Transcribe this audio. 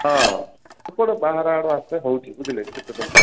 ହଁ ବାହାର ଆଡ଼ୁ ଆସେ ହେଉଛି ବୁଝିଲେ ଶୀତ ଦିନେ